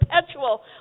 perpetual